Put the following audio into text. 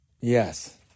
Yes